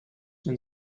been